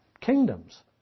kingdoms